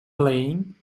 playing